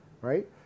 right